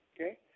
okay